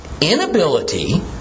inability